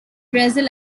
brazil